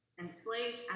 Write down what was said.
Enslaved